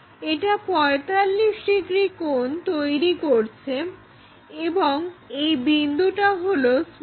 এটা 45 ডিগ্রি কোণ তৈরি করছে এবং এই বিন্দুটা হলো c